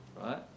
right